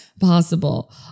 possible